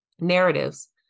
Narratives